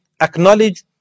acknowledge